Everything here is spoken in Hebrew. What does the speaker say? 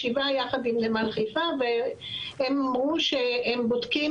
ישיבה ביחד עם נמל חיפה והם אמרו שהם בודקים